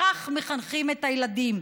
לכך מחנכים את הילדים.